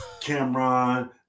Cameron